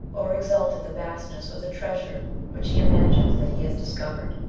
or exult at the vastness of the treasure which he imagines that he has discovered.